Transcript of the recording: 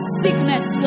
sickness